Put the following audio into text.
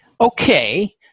okay